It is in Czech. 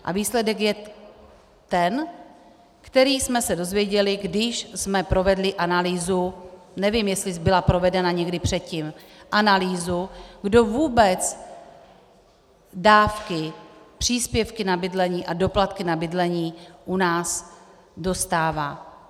A výsledek je ten, který jsme se dozvěděli, když jsme provedli analýzu, nevím, jestli byla provedena někdy předtím, analýzu, kdo vůbec dávky, příspěvky na bydlení a doplatky na bydlení u nás dostává.